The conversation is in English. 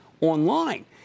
online